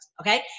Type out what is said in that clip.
okay